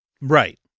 Right